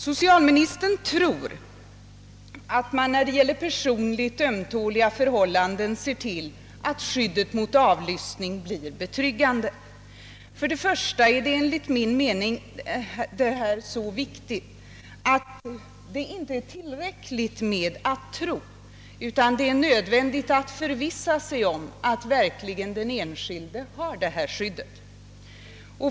Socialministern tror att man när det gäller personligt ömtåliga förhållanden ser till att skyddet mot avlyssning blir betryggande. För det första är detta enligt min mening så viktigt att det inte är tillräckligt med att bara tro, utan det är nödvändigt att förvissa sig om att den enskilde verkligen har detta skydd.